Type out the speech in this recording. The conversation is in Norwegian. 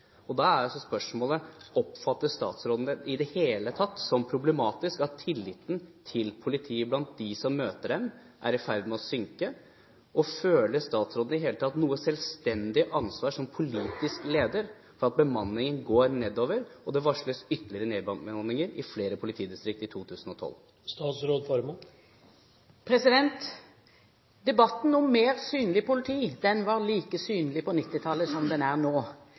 Da er altså spørsmålet: Oppfatter statsråden det i det hele tatt som problematisk at tilliten til politiet blant folk som møter dem, er i ferd med å synke? Føler statsråden som politisk leder i det hele tatt noe selvstendig ansvar for at bemanningen går nedover, og at det varsles ytterligere nedbemanninger i flere politidistrikter i 2012? Debatten om mer synlig politi var like synlig på 1990-tallet som den er nå.